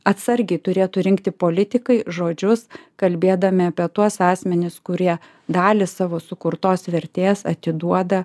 atsargiai turėtų rinkti politikai žodžius kalbėdami apie tuos asmenis kurie dalį savo sukurtos vertės atiduoda